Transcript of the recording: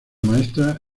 maestra